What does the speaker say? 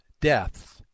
deaths